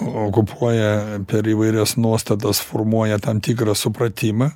okupuoja per įvairias nuostatas formuoja tam tikrą supratimą